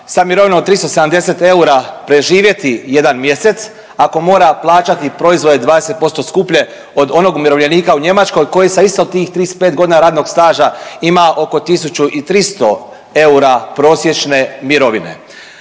sa mirovinom od 370 eura preživjeti jedan mjesec ako mora plaćati proizvode 20% skuplje od onog umirovljenika u Njemačkoj koji sa isto tih 35.g. radnog staža ima oko 1.300 eura prosječne mirovine.